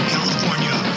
California